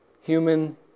Human